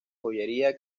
joyería